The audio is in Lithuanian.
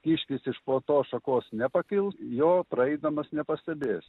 kiškis iš po tos šakos nepakils jo praeidamas nepastebės